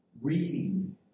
reading